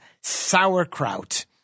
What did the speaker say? sauerkraut